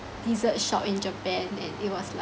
dessert shop in japan and it was like